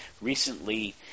recently